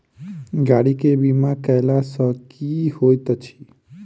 गाड़ी केँ बीमा कैला सँ की होइत अछि?